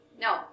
No